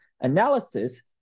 analysis